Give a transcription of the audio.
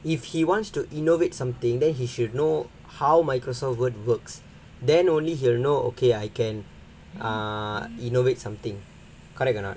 if he wants to innovate something then he should know how Microsoft Word works then only he'll know okay I can err innovate something correct or not